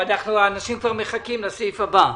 האנשים מחכים לדיון הבא.